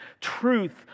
truth